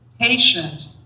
patient